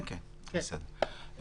כן, בסדר.